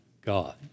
God